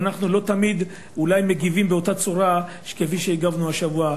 ואנחנו לא תמיד מגיבים באותה צורה כפי שהגבנו השבוע,